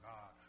God